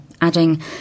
adding